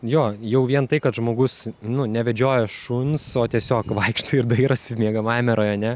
jo jau vien tai kad žmogus nu nevedžioja šuns o tiesiog vaikšto ir dairosi miegamajame rajone